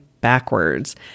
backwards